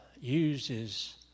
uses